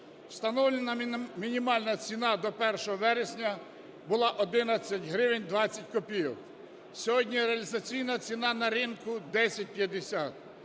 Встановлена мінімальна ціна до 1 вересня була 11 гривень 20 копійок, сьогодні реалізаційна ціна на ринку – 10.50.